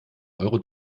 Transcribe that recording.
euro